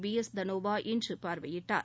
பிஎஸ்தனோவா இன்று பார்வையிட்டார்